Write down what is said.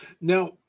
Now